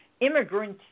immigrant